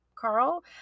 Carl